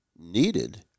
needed